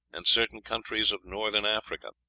and certain countries of northern africa.